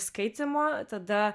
skaitymo tada